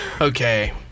Okay